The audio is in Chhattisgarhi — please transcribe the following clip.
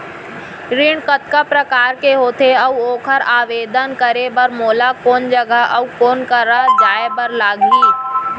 ऋण कतका प्रकार के होथे अऊ ओखर आवेदन करे बर मोला कोन जगह अऊ कोन करा जाए बर लागही?